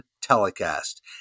Telecast